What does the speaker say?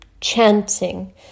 chanting